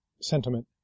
sentiment